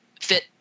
fit